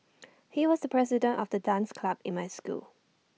he was the president of the dance club in my school